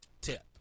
tip